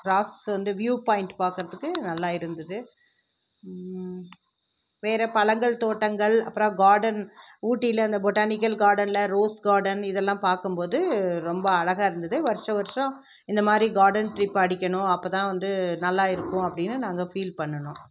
rocks வந்து view point பார்க்கறத்துக்கு நல்லா இருந்தது வேறு பழங்கள் தோட்டங்கள் அப்புறம் கார்டன் ஊட்டியில அந்த பொட்டானிக்கல் கார்டனில் ரோஸ் கார்டன் இதெல்லாம் பார்க்கும்போது ரொம்ப அழகாக இருந்தது வருஷா வருஷம் இந்த மாதிரி கார்டன் ட்ரிப் அடிக்கணும் அப்போதான் வந்து நல்லா இருக்கும் அப்படின்னு நாங்கள் ஃபீல் பண்ணுனோம்